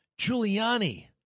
Giuliani